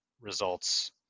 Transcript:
results